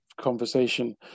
conversation